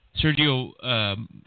Sergio